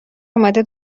اومده